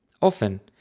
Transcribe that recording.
often,